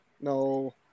No